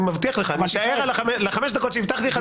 אני מבטיח לך, אני אשאר לחמש הדקות שהבטחתי לך.